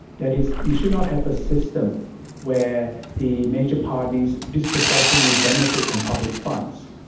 that is, you should not have a system where the major parties disproportionately benefit from public funds.